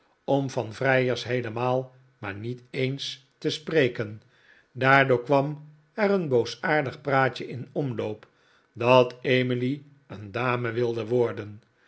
om van vrijers heelemaal maar niet eens te spreken daardoor kwam er een boosaardig praatje in omloop dat emily een dame wilde worden